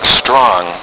strong